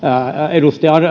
edustaja